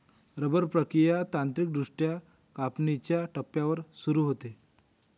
rubber प्रक्रिया तांत्रिकदृष्ट्या कापणीच्या टप्प्यावर सुरू होते